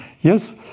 Yes